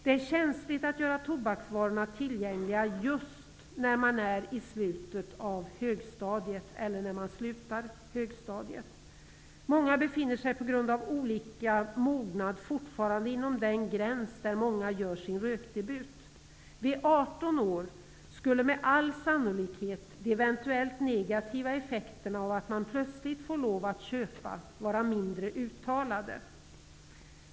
Det är känsligt att göra tobaksvarorna tillgängliga just när man är i slutet av högstadiet eller när man slutar högstadiet. Många befinner sig på grund av olika mognad fortfarande inom den gräns där många gör sin rökdebut. Vid 18 år skulle med all sannolikhet de eventuellt negativa effekterna av att man plötsligt får lov att köpa vara mindre uttalade.